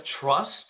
trust